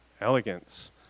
elegance